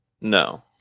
No